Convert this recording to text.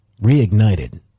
reignited